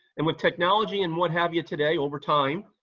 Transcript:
and with technology and what have you today, over time,